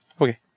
Okay